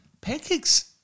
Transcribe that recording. Pancakes